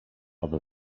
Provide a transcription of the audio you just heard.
owe